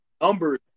numbers